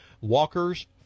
Walker's